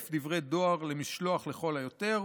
1,000 דברי דואר למשלוח לכל היותר,